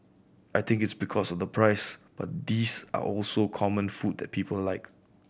I think it's because of the price but these are also common food that people like